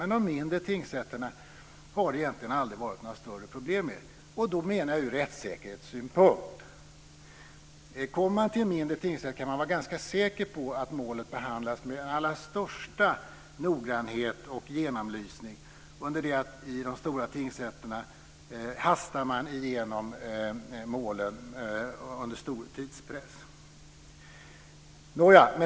Men de mindre tingsrätterna har det egentligen aldrig varit några större problem med. Då menar jag ur rättssäkerhetssynpunkt. Kommer man till en mindre tingsrätt kan man vara ganska säker på att målet behandlas med allra största noggrannhet och genomlysning, under det att i de stora tingsrätterna hastar man igenom målen under stor tidspress.